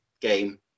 game